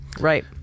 right